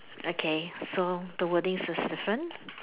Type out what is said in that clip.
okay so the wordings is different